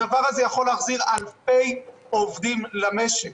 הדבר הזה יכול להחזיר אלפי עובדים למשק.